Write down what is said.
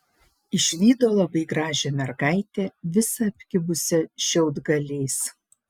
išvydo labai gražią mergaitę visą apkibusią šiaudgaliais